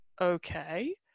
okay